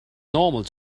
normal